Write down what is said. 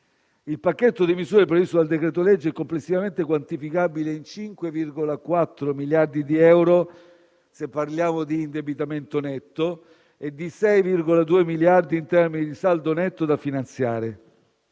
Il pacchetto di misure previste dal decreto-legge è complessivamente quantificabile in 5,4 miliardi di euro, se parliamo di indebitamento netto, e in 6,2 miliardi in termini di saldo netto da finanziare.